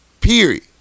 Period